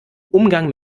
umgang